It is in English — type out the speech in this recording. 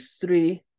three